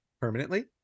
permanently